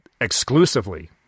Exclusively